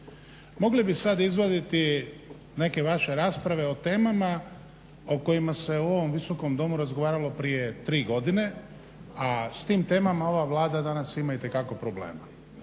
Mogli bi sada izvaditi neke vaše rasprave o temama o kojima se u ovom visokom domu razgovaralo prije 3 godine, a s tim temama ova Vlada danas ima itekako problema.